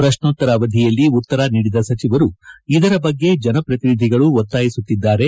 ಪ್ರಕ್ಕೋತ್ತರ ಅವಧಿಯಲ್ಲಿ ಉತ್ತರ ನೀಡಿದ ಸಚಿವರು ಇದರ ಬಗ್ಗೆ ಜನಪ್ರತಿನಿಧಿಗಳು ಒತ್ತಾಯಿಸುತ್ತಿದ್ದಾರೆ